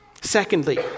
Secondly